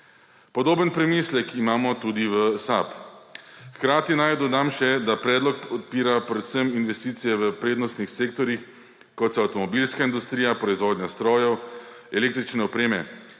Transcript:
Podoben premislek imamo tudi v SAB. Hkrati naj dodam še, da predlog odpira predvsem investicije v prednostnih sektorjih, kot so avtomobilska industrija, proizvodnja strojev, električne opreme